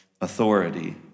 authority